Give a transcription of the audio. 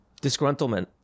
Disgruntlement